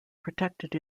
protected